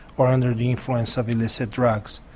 or under the influence of illicit drugs.